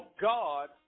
God